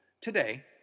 today